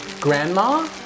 Grandma